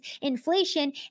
inflation